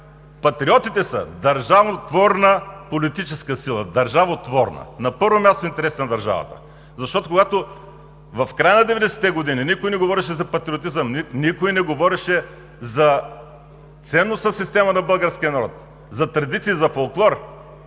Патриотите са държавотворна политическа сила. Държавотворна! На първо място – интересът на държавата! Когато в края на 90-те години никой не говореше за патриотизъм, никой не говореше за ценностна система на българския народ, за традиции, за фолклор,